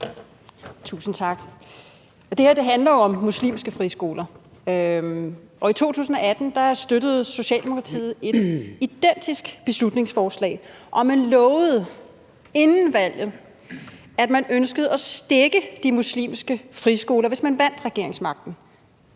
Tusind tak. Det her handler jo om muslimske friskoler. Og i 2018 støttede Socialdemokratiet et identisk beslutningsforslag, og man lovede inden valget, at man ønskede at stække de muslimske friskoler, hvis man vandt regeringsmagten.